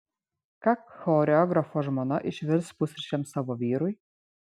ką choreografo žmona išvirs pusryčiams savo vyrui